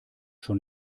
schon